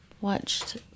watched